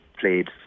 played